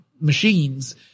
machines